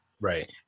Right